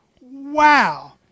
Wow